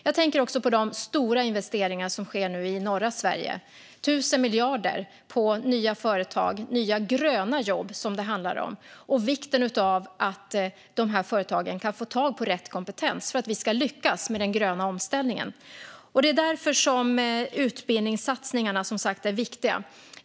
Jag tänker också på de stora investeringar som sker nu i norra Sverige, 1 000 miljarder i nya företag. Det är nya gröna jobb som det handlar om och vikten av att de här företagen kan få tag i rätt kompetens för att vi ska lyckas med den gröna omställningen. Det är därför som utbildningssatsningarna som sagt är viktiga.